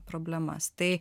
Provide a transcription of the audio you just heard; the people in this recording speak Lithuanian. problemas tai